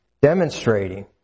demonstrating